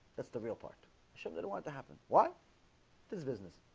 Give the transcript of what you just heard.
that's the real part shouldn't i don't want to happen what this business